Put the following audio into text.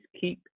keep